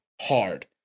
hard